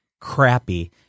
crappy